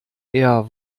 eher